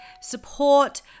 support